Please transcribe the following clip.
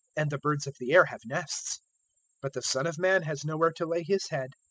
and the birds of the air have nests but the son of man has nowhere to lay his head.